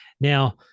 Now